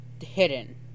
hidden